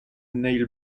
neil